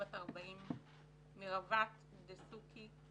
בת 40. מרוות דסוקי,